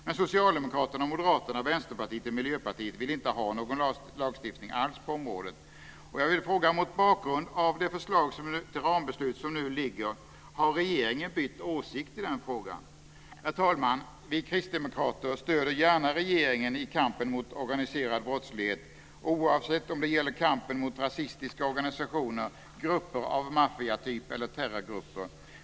Men Socialdemokraterna, Moderaterna, Vänsterpartiet och Miljöpartiet ville inte ha någon lagstiftning alls på området. Herr talman! Vi kristdemokrater stöder gärna regeringen i kampen mot organiserad brottslighet, oavsett om det gäller kampen mot rasistiska organisationer, grupper av maffiatyp eller terrorgrupper.